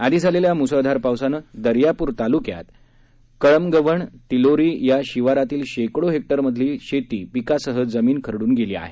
आधी झालेल्या मुसळधार पावसाने दर्यापुर तालुक्यात कळमगव्हाण तीलोरी या शिवारातील शेकडो हेक्टरमधील शेती पिकासह जमीन खरडून गेली आहे